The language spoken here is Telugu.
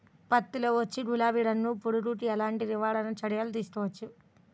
పత్తిలో వచ్చు గులాబీ రంగు పురుగుకి ఎలాంటి నివారణ చర్యలు తీసుకోవాలి?